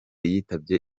yitabye